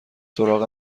سراغ